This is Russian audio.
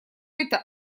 это